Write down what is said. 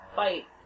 fight